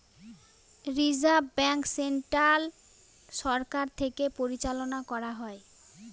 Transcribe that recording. reserve bank central সরকার থেকে পরিচালনা করা হয়